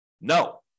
No